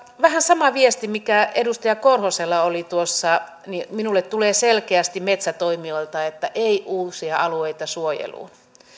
vähän sama viesti mikä edustaja korhosella oli tuossa minulle tulee selkeästi viestiä metsätoimijoilta että ei uusia alueita suojeluun